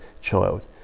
child